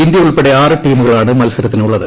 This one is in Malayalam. ഇന്ത്യയുൾപ്പെടെ ആറ് ടീമുകളാണ് മത്സരത്തിനുള്ളത്